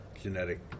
genetic